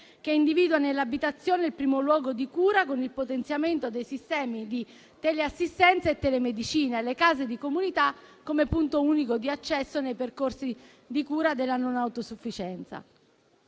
che individua nell'abitazione il primo luogo di cura con il potenziamento dei sistemi di teleassistenza e telemedicina e le case di comunità come punto unico di accesso nei percorsi di cura della non autosufficienza.